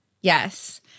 Yes